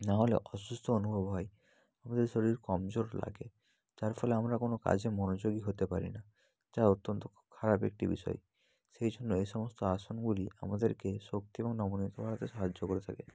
না হলে অসুস্থ অনুভব হয় আমাদের শরীর কমজোর লাগে তার ফলে আমরা কোনো কাজে মনোযোগী হতে পারি না যা অত্যন্ত খুব খারাপ একটি বিষয় সেই জন্য এই সমস্ত আসনগুলি আমাদেরকে শক্তি এবং নমনীয়তা বাড়াতে সাহায্য করে থাকে